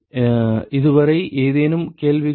இதுவரை ஏதேனும் கேள்விகள்